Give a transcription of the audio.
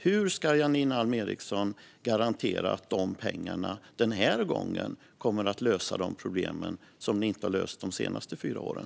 Hur ska Janine Alm Ericson garantera att pengarna den här gången kommer att lösa de problem som ni inte har löst de senaste fyra åren?